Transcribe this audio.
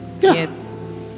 Yes